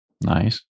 Nice